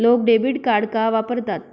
लोक debit card का वापरतात?